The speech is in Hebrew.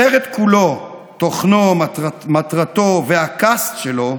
הסרט כולו, תוכנו, מטרתו והקאסט שלו,